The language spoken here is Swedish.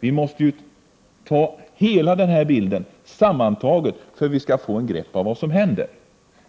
Vi måste se hela den här bilden sammantagen för att få ett grepp över vad som händer.